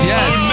Yes